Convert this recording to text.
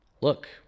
look